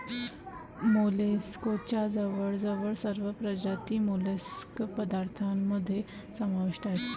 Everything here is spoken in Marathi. मोलस्कच्या जवळजवळ सर्व प्रजाती मोलस्क उत्पादनामध्ये समाविष्ट आहेत